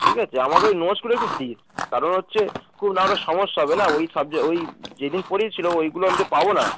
ঠিক আছে আমাকে ওই নোটসগুলো একটু দিস কারণ হচ্ছে খুব নাহলে সমস্যা হবে না ওই সাবজে ওই যেদিন পড়িয়েছিলো ওইগুলো আমি তো পাবো না